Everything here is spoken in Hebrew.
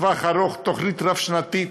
לטווח ארוך, תוכנית רב-שנתית.